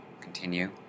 continue